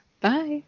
Bye